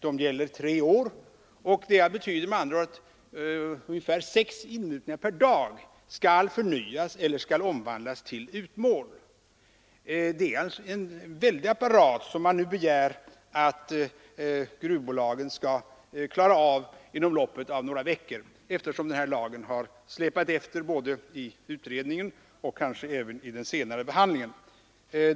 De gäller tre år, vilket med andra ord betyder att ungefär sex inmutningar per dag skall förnyas eller omvandlas till utmål. Det är en väldig apparat som man begär att gruvbolagen skall klara av inom loppet av några veckor. Den här lagen har ju släpat efter både i utredningen och kanske även vid den senare behandlingen.